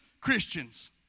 Christians